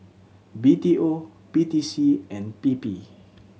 B T O P T C and P P